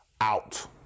Out